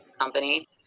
company